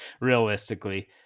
realistically